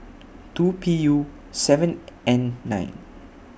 two P U seven N nine